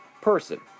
person